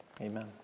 Amen